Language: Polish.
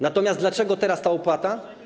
Natomiast dlaczego teraz ta opłata?